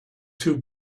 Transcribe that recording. two